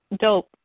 Dope